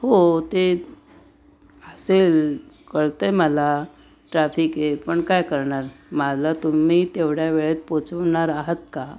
हो ते असेल कळतं आहे मला ट्राफिक आहे पण काय करणार मला तुम्ही तेवढ्या वेळेत पोहोचवणार आहात का